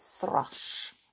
thrush